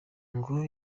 ngo